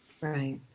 Right